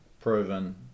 proven